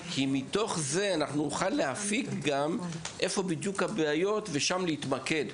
מתוך זה נוכל להסיק איפה בדיוק הבעיות ושם להתמקד.